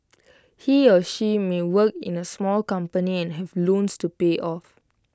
he or she may work in A small company and have loans to pay off